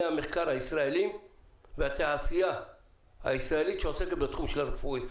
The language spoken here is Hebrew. המחקר הישראלים והתעשייה הישראלית שעוסקת בתחום הרפואי.